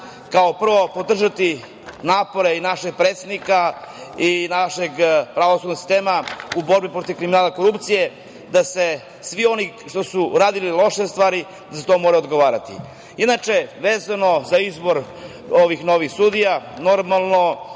kao prvo podržati napore i našeg predsednika i našeg pravosudnog sistema u borbi protiv kriminala i korupcije, da svi oni koji su radili loše stvari da za to moraju odgovarati. Prvenstveno za izbor ovih novih sudija, normalno,